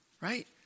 right